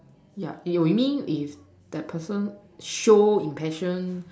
yeah you mean if that person show intention